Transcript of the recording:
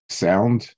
sound